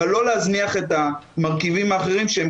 אבל לא להזניח את המרכיבים האחרים שהם